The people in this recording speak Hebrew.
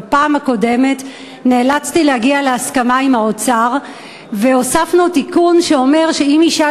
בפעם הקודמת נאלצתי להגיע להסכמה עם האוצר והוספנו תיקון שאומר שאם אישה